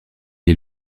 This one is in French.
est